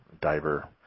diver